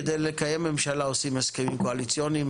כדי לקיים ממשלה עושים הסכמים קואליציוניים